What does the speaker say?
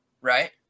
right